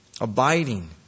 abiding